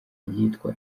ryitwa